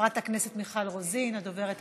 חברת הכנסת מיכל רוזין, הדוברת הבאה,